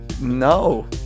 No